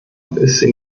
sie